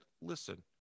listen